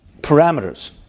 parameters